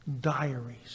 diaries